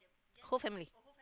whole family